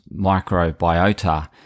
microbiota